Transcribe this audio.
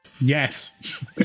Yes